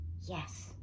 Yes